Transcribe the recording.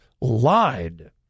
lied